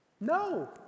No